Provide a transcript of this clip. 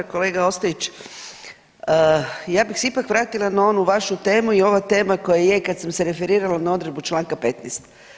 Kolega Ostojić, ja bih se ipak vratila na onu vašu temu i ova tema koja je kad sam se referirala na odredbu članka 15.